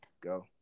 go